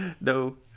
No